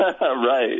Right